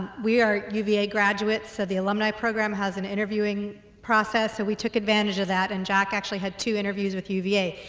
we are uva graduates so the alumni program has an interviewing process that we took advantage of that and jack actually had two interviews with uva.